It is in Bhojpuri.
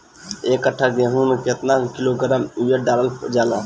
एक कट्टा गोहूँ में केतना किलोग्राम यूरिया डालल जाला?